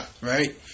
Right